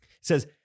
says